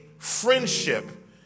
friendship